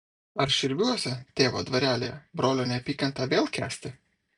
ar širviuose tėvo dvarelyje brolio neapykantą vėl kęsti